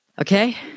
Okay